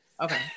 Okay